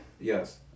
Yes